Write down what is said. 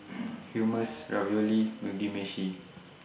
Hummus Ravioli Mugi Meshi